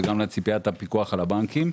וגם בהתאם לציפיית הפיקוח על הבנקים.